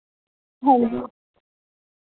हांजी